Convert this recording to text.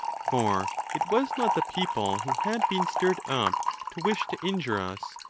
for it was not the people who had been stirred up to wish to injure us,